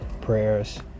Prayers